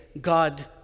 God